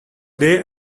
day